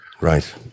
Right